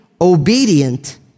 Obedient